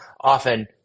often